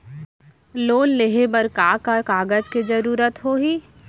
Loan लेहे बर का का कागज के जरूरत होही?